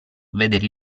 vedere